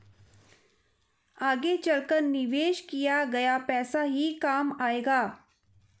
आगे चलकर निवेश किया गया पैसा ही काम आएगा